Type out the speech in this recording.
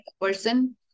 person